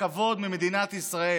הכבוד ממדינת ישראל.